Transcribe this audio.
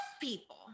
people